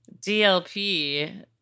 dlp